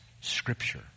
scripture